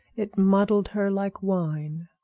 it muddled her like wine,